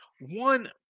one –